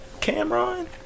Cameron